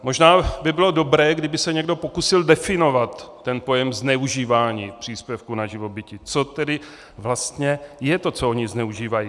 Možná by bylo dobré, kdyby se někdo pokusil definovat ten pojem zneužívání příspěvku na živobytí, co tedy vlastně je to, co oni zneužívají.